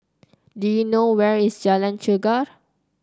do you know where is Jalan Chegar